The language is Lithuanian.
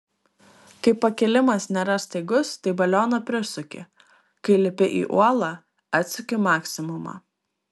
kai pakilimas nėra staigus tai balioną prisuki kai lipi į uolą atsuki maksimumą